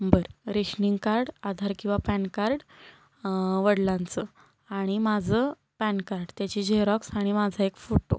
बरं rationing card Aadhaar किंवा PAN card वडिलांचं आणि माझं पॅन कार्ड त्याची झेरॉक्स आणि माझा एक फोटो